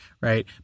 Right